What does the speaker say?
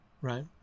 right